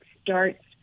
starts